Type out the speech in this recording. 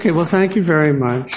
ok well thank you very much